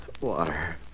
Water